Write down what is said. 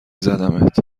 زدمت